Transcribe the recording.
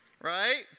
Right